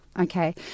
Okay